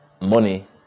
money